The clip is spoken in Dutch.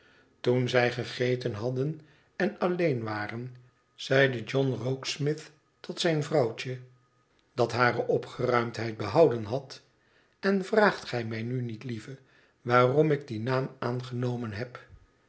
toen zij gegeten hadden en alleen waren zeide john rokesmith tot zijne vrouwtje dat hare opgeruimdheid behouden had n vraagt gij mij nu niet lieve waarom ik dien naam aangenomen heb